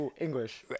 English